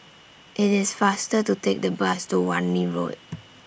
IT IS faster to Take The Bus to Wan Lee Road